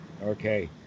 Okay